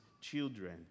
children